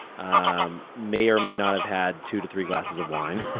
i may or may not have had two to three glasses of wine,